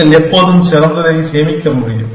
நீங்கள் எப்போதும் சிறந்ததை சேமிக்க முடியும்